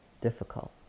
difficult